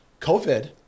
COVID